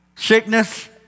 Sickness